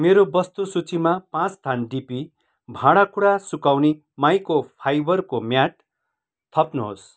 मेरो वस्तु सूचीमा पाँच थान डिपी भाँडाकुँडा सुकाउने माइकोफाइबरको म्याट थप्नुहोस्